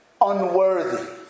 unworthy